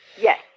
Yes